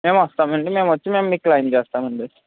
మేం వస్తామండి మేం వచ్చి మీకు క్లెయిమ్ చేస్తామండి